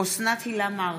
אוסנת הילה מארק,